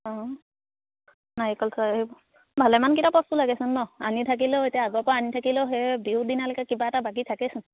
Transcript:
অঁ নাৰিকল এই ভালেমান কিটা বস্তু লাগেচোন ন আনি থাকিলেও এতিয়া আগৰ পৰা আনি থাকিলেও সেই বিহুৰ দিনালৈকে কিবা এটা বাকী থাকেচোন